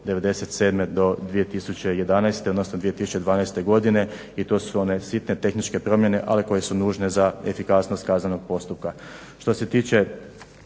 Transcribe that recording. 2011.odnosno 2012.godine i to su one sitne tehničke promjene ali koje su nužne za efikasnost kaznenog postupka. Što se tiče